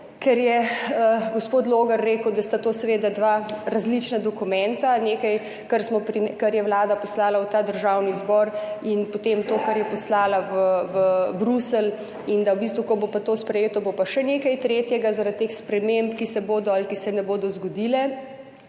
ker je gospod Logar rekel, da sta to seveda dva različna dokumenta, nekaj, kar je Vlada poslala v Državni zbor, in potem to, kar je poslala v Bruselj in da v bistvu, ko bo pa to sprejeto, bo pa še nekaj tretjega zaradi teh sprememb, ki se bodo ali ki se ne bodo zgodile.